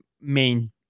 main